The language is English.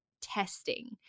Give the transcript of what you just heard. testing